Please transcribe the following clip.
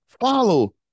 Follow